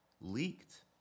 leaked